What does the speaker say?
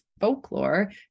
folklore